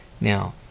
Now